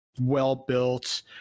well-built